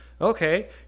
Okay